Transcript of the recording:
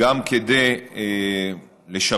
גם כדי לשפר,